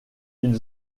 ils